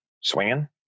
swinging